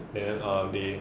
then uh they